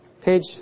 Page